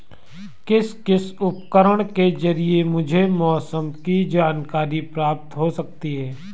किस किस उपकरण के ज़रिए मुझे मौसम की जानकारी प्राप्त हो सकती है?